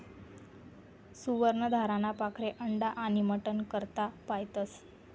सुवर्ण धाराना पाखरे अंडा आनी मटन करता पायतस